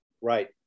right